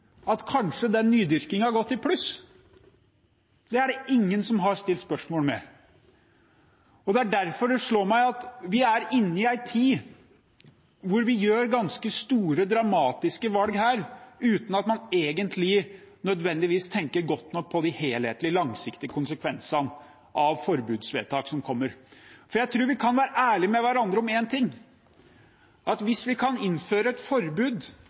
at nydyrkingen kanskje har gått i pluss? Det har ingen stilt spørsmål ved. Derfor slår det meg at vi er inne i en tid der vi gjør ganske store, dramatiske valg uten nødvendigvis å tenke godt nok på de helhetlige, langsiktige konsekvensene av forbudsvedtak som kommer. For jeg tror vi kan være ærlige med hverandre om én ting: Hvis vi kan innføre forbud mot nydyrking på dette tynne grunnlaget, er det ganske mange forbud